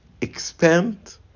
expand